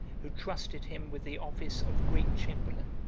who trusted him with the office of great chamberlain,